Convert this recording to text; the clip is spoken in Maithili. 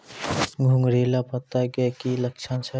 घुंगरीला पत्ता के की लक्छण छै?